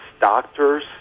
doctors